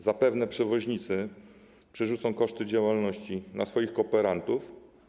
Zapewne przewoźnicy przerzucą koszty działalności na swoich kooperantów.